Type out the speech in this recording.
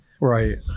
Right